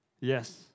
yes